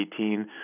2018